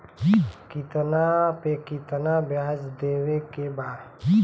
कितना पे कितना व्याज देवे के बा?